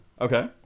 Okay